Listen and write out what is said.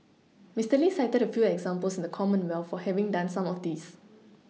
Mister Lee cited a few examples in the Commonwealth for having done some of this